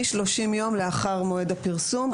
מ-30 ימים לאחר מועד הפרסום.